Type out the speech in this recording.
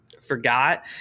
forgot